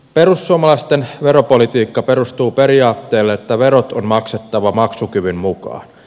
perussuomalaisten veropolitiikka perustuu periaatteelle että verot on maksettava maksukyvyn mukaan